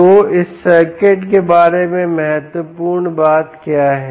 तो इस सर्किट के बारे में महत्वपूर्ण बात क्या है